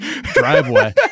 driveway